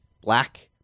black